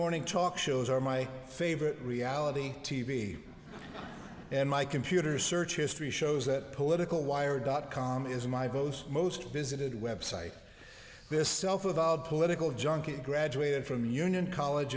morning talk shows are my favorite reality t v and my computer search history shows that political wired dot com is my post most visited website this self involved political junkie graduated from union college